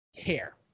care